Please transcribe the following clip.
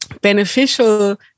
beneficial